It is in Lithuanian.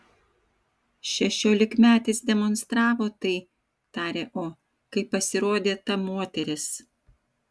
šešiolikmetis demonstravo tai tarė o kai pasirodė ta moteris